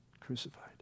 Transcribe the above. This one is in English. crucified